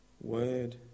word